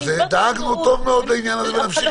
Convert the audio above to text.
דאגנו טוב מאוד לעניין הזה ונמשיך